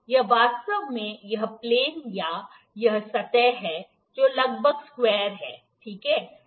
यह वास्तव में यह प्लेन या यह सतह है जो लगभग स्क्वायर है ठीक है